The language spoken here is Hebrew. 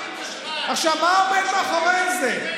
מה עומד מאחורי זה?